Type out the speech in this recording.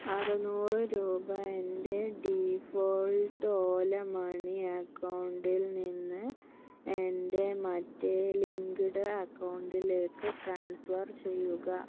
അറുന്നൂറ് രൂപ എൻ്റെ ഡീഫോൾട്ട് ഓല മണി അക്കൗണ്ടിൽ നിന്ന് എൻ്റെ മറ്റേ ലിങ്ക്ഡ് അക്കൗണ്ടിലേക്ക് ട്രാൻസ്ഫർ ചെയ്യുക